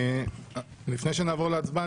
לפני שנעבור להצבעה,